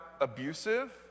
abusive